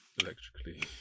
electrically